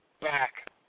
back